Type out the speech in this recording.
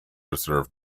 reserve